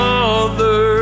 Father